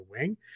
wing